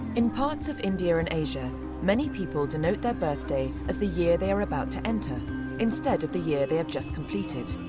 in parts of india and asia many people denote their birthday as the year they are about to enter instead of the year they have just completed.